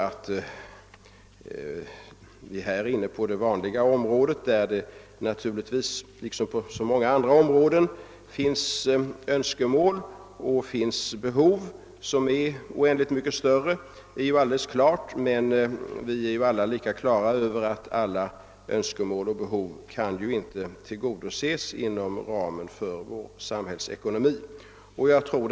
Att det på detta område liksom på så många andra finns synnerligen stora önskemål och behov är helt klart, men vi har ju också alla klart för oss att samtliga önskemål och behov inte kan tillgodoses inom ramen för vår samhällsekonomi. Herr talman!